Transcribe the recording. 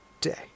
day